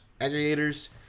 aggregators